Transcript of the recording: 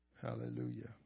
Hallelujah